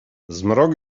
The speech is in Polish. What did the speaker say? zmrok